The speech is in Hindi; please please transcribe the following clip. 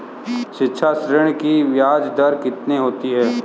शिक्षा ऋण की ब्याज दर कितनी होती है?